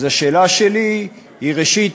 אז השאלה שלי היא, ראשית,